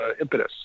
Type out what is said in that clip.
impetus